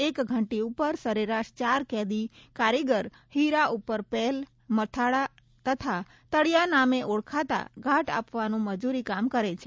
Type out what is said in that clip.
એક ઘંટી ઉપર સરેરાશ ચાર કેદી કારીગર હીરા ઉપર પેલ મથાળા તથા તળિયા નામે ઓળખાતા ઘાટ આપવાનું મજુરી કામ કરે છે